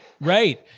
Right